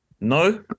No